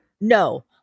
No